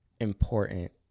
important